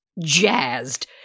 jazzed